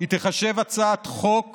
היא תיחשב הצעת חוק